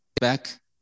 back